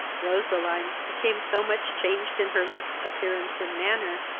roseline became so much changed in her looks, appearance, and manner,